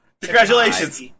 Congratulations